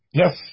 yes